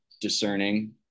discerning